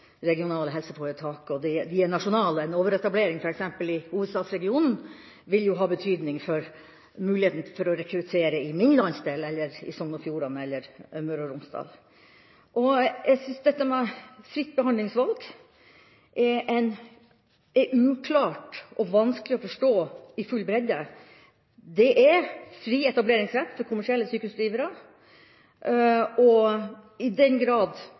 regionale helseforetak og virker nasjonalt. En overetablering i f.eks. hovedstadsregionen vil jo ha betydning for muligheten for å rekruttere i min landsdel, i Sogn og Fjordane eller i Møre og Romsdal. Jeg synes dette med fritt behandlingsvalg er uklart og vanskelig å forstå i full bredde. Det er fri etableringsrett for kommersielle sykehusdrivere, og i den grad